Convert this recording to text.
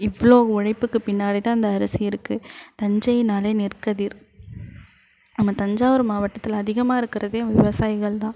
இவ்வளோ உழைப்புக்கு பின்னாடிதான் இந்த அரிசி இருக்குது தஞ்சைனால் நெற்கதிர் நம்ம தஞ்சாவூர் மாவட்டத்தில் அதிகமாக இருக்கிறதே விவசாயிகள்தான்